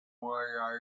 why